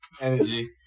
Energy